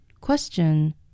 Question